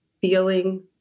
feeling